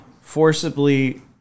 forcibly